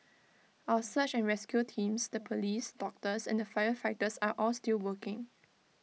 our search and rescue teams the Police doctors the firefighters are all still working